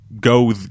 go